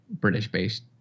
British-based